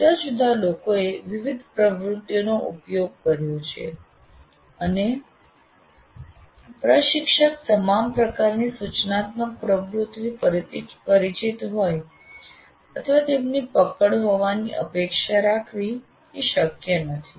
જુદા જુદા લોકોએ વિવિધ પ્રવૃત્તિઓનો ઉપયોગ કર્યો છે અને પ્રશિક્ષક તમામ પ્રકારની સૂચનાત્મક પ્રવૃત્તિઓથી પરિચિત હોય અથવા તેમની પકડ હોવાની અપેક્ષા રાખવી શક્ય નથી